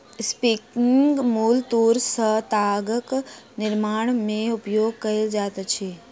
spinning mule तूर सॅ तागक निर्माण में उपयोग कएल जाइत अछि